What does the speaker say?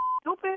stupid